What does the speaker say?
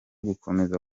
gukomeza